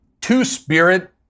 Two-spirit